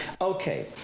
Okay